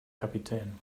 kapitän